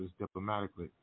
diplomatically